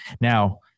Now